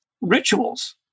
rituals